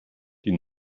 die